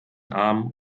arm